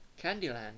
Candyland